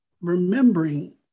remembering